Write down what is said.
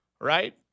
right